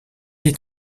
est